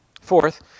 Fourth